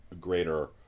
greater